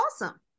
awesome